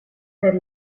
per